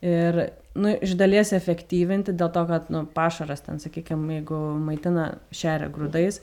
ir nu iš dalies efektyvinti dėl to kad nu pašaras ten sakykim jeigu maitina šeria grūdais